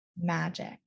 magic